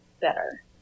better